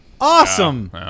Awesome